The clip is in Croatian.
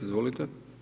Izvolite.